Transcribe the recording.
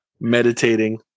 meditating